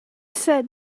said